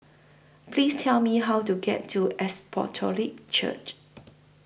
Please Tell Me How to get to Apostolic Church